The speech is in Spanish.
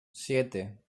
siete